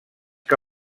que